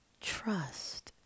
trust